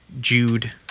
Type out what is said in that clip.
jude